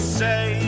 say